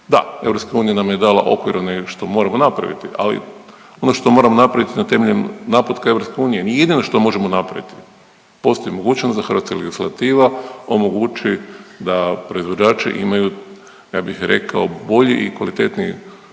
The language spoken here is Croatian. unija nam je dala okvir što moramo napraviti, ali ono što moramo napraviti temeljem naputka EU i jedino što možemo napraviti postoji mogućnost da hrvatska legislativa omogući da proizvođači imaju ja bih rekao bolji i kvalitetniji